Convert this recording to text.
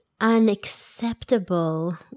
unacceptable